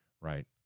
right